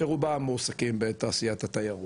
שרובם מועסקים בתעשיית התיירות.